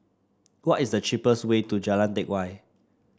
what is the cheapest way to Jalan Teck Whye